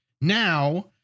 Now